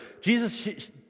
Jesus